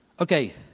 okay